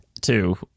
Two